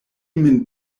min